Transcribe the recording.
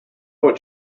what